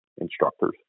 instructors